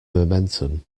momentum